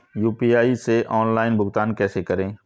UPI से online भुगतान कैसे करें?